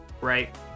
right